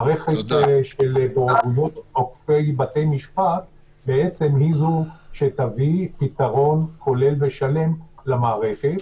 מערכת של בוררויות עוקפות בתי משפט בעצם תביא פתרון כולל ושלם למערכת.